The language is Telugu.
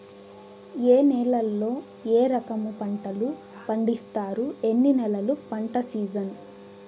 ఏ నేలల్లో ఏ రకము పంటలు పండిస్తారు, ఎన్ని నెలలు పంట సిజన్?